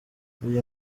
iyo